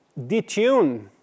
detune